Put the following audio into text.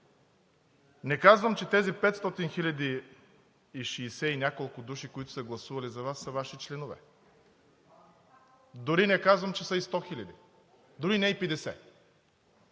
не казвам, че тези 500 хиляди и шестдесет и няколко души, които са гласували за Вас, са Ваши членове. Дори не казвам, че са и 100 хиляди, дори не и 50.